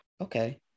okay